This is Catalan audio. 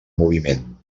moviment